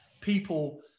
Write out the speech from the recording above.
people